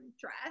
dress